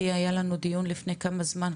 כי היה לנו דיון לפני כמה זמן,